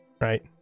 right